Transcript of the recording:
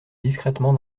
discrètement